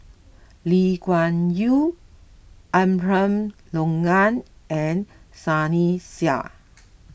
Lee Kuan Yew Abraham Logan and Sunny Sia